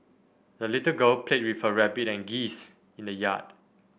the little girl played with her rabbit and geese in the yard